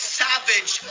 savage